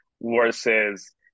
versus